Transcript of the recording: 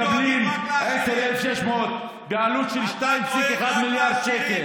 מקבלות 10,600 שקל בעלות של 2.1 מיליארד שקל.